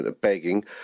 begging